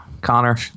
Connor